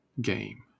game